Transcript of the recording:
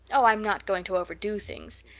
oh, i'm not going to overdo things.